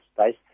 space